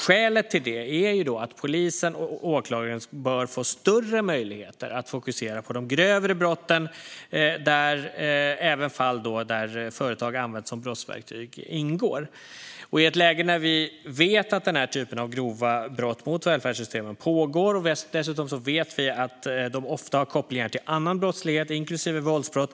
Skälet till detta är att polisen och åklagaren bör få större möjligheter att fokusera på de grövre brotten, även i fall där företag använts som brottsverktyg ingår. Vi vet att den här typen av grova brott mot välfärdssystemen pågår. Dessutom vet vi att de ofta har kopplingar till annan brottslighet, inklusive våldsbrott.